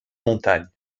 montagnes